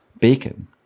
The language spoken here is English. bacon